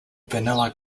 vanilla